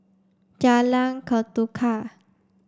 Jalan Ketuka